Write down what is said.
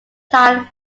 tyne